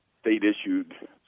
state-issued